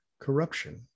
corruption